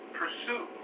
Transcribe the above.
pursue